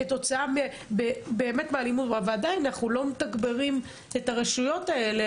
אם אנחנו לא מגברים את הרשויות האלה,